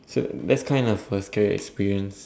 so that's kind of a scary experience